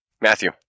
Matthew